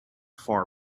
far